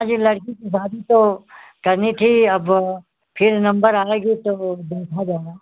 अरे लड़की की शादी तो करनी थी अब फिर नंबर आएगी तो देखा जाएगा